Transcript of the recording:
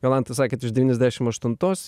jolanta sakėt iš devyniasdešim aštuntos